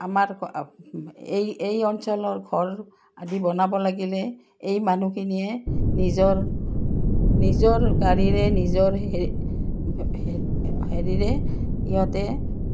আমাৰ এই এই অঞ্চলৰ ঘৰ আদি বনাব লাগিলে এই মানুহখিনিয়ে নিজৰ নিজৰ গাড়ীৰে নিজৰ হেৰিৰে সিহঁতে